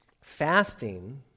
Fasting